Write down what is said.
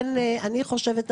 אני חושבת,